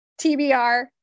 TBR